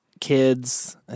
kids